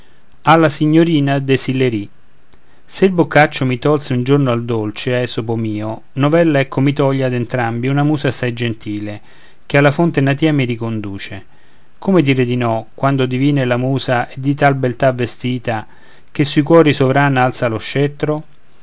se il boccaccio mi tolse un giorno al dolce esopo mio novella ecco mi toglie ad entrambi una musa assai gentile che alla fonte natia mi riconduce come dire di no quando divina è la musa e di tal beltà vestita che sui cuori sovrana alza lo scettro